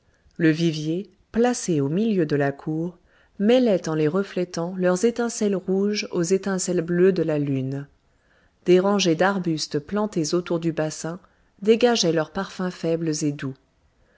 le vivier placé au milieu de la cour mêlait en les reflétant leurs étincelles rouges aux étincelles bleues de la lune des rangées d'arbustes plantés autour du bassin dégageaient leurs parfums faibles et doux